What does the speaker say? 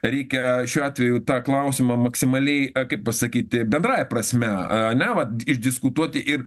reikia šiuo atveju tą klausimą maksimaliai kaip pasakyti bendrąja prasme ane vat išdiskutuoti ir